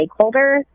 stakeholders